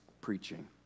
preaching